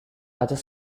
other